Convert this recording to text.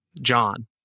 John